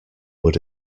would